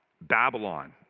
Babylon